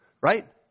Right